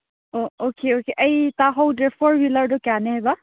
ꯑꯥ okay okay ꯑꯩ ꯇꯥꯍꯧꯗ꯭ꯔꯦ four ꯋꯤꯂꯔꯗꯨ ꯀꯌꯥꯅꯦ ꯍꯥꯏꯕ